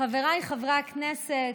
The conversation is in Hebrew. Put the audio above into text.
חבריי חברי הכנסת,